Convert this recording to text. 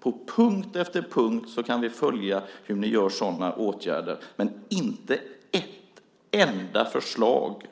På punkt efter punkt kan vi följa hur ni gör sådana åtgärder, men ni har inte ett enda förslag